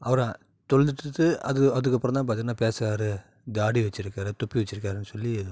அவரை தொழுதுதுட்டு அதுக்கு அப்புறம் தான் பார்த்திங்கன்னா பேசுவார் தாடி வச்சுருக்காரு தொப்பி வச்சுருக்காருன்னு சொல்லி இது ஒரு